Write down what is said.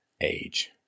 age